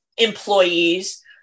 employees